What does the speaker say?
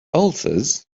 ulcers